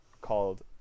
called